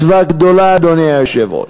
מצווה גדולה, אדוני היושב-ראש.